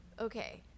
Okay